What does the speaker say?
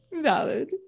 Valid